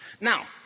Now